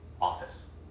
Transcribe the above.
office